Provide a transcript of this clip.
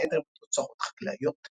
בין היתר בתוצרות חקלאיות.